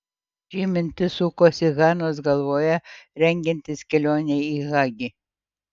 ši mintis sukosi hanos galvoje rengiantis kelionei į hagi